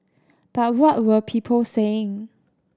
but what were people saying